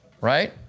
Right